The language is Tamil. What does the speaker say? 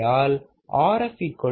ஆகையால் Rf 3